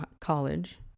college